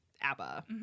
ABBA